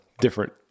different